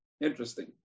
Interesting